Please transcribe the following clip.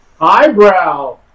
Eyebrow